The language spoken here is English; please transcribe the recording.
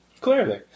Clearly